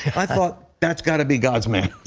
i thought, that's got to be god's man.